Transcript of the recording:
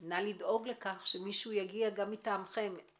נא לדאוג לכך שמישהו יגיע גם מטעמכם.